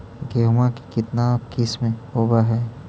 गेहूमा के कितना किसम होबै है?